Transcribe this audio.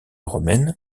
romaines